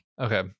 okay